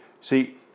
see